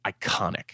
iconic